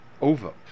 over